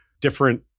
different